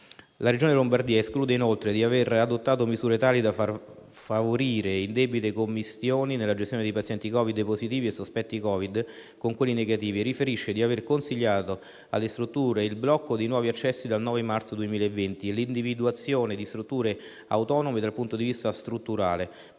La Regione Lombardia esclude, inoltre, di avere adottato misure tali da favorire indebite commistioni nella gestione di pazienti Covid positivi o sospetti Covid con quelli negativi, e riferisce di avere consigliato alle strutture il blocco dei nuovi accessi dal 9 marzo 2020 e l'individuazione di strutture autonome dal punto di vista strutturale